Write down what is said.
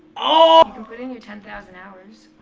ah can put in your ten thousand hours,